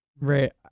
Right